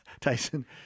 Tyson